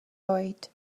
oed